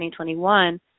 2021